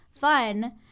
fun